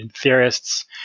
theorists